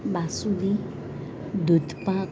basundi દૂધપાક